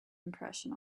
impression